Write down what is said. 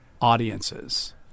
audiences